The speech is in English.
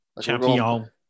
Champion